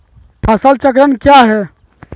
फसल चक्रण क्या है?